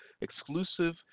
exclusive